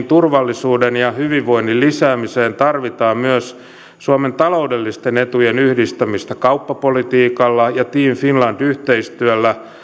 turvallisuuden ja hyvinvoinnin lisäämiseen tarvitaan myös suomen taloudellisten etujen yhdistämistä kauppapolitiikalla ja team finland yhteistyöllä